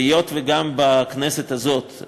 והיות שגם בכנסת הזאת,